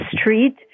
street